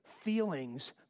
feelings